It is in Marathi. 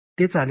ते चालेल